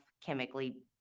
chemically